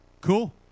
cool